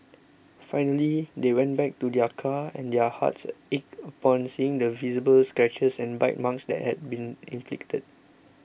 finally they went back to their car and their hearts ached upon seeing the visible scratches and bite marks that had been inflicted